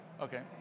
okay